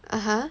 (uh huh)